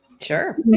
sure